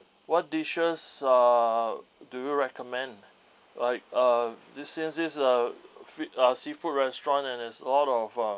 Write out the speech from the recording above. what dishes uh do you recommend like uh since this uh uh seafood restaurant and it's all of uh